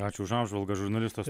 ačiū už apžvalgą žurnalistas